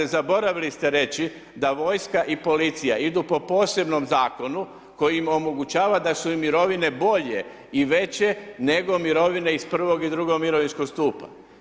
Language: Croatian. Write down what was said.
Zaboravili ste reći, da vojska i policija idu po posebnom zakonu koji im omogućava da su i mirovine bolje i veće nego mirovine iz prvog i drugog mirovinskog stupa.